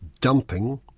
dumping